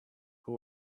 who